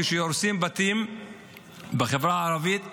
כשהורסים בתים בחברה הערבית,